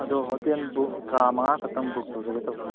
ꯑꯗꯨ ꯍꯣꯇꯦꯜꯗꯨ ꯀꯥ ꯃꯉꯥ ꯈꯛꯇꯪ ꯕꯨꯛ ꯇꯧꯖꯒꯦ ꯇꯧꯕ